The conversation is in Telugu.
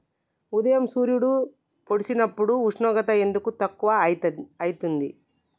ఉదయం సూర్యుడు పొడిసినప్పుడు ఉష్ణోగ్రత ఎందుకు తక్కువ ఐతుంది?